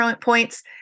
points